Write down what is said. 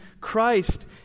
Christ